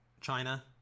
China